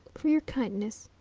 for your kindness,